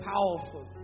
Powerful